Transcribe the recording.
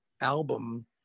album